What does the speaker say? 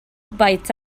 bites